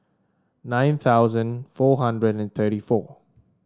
nine thousand four hundred and thirty four